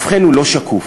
ובכן, הוא לא שקוף.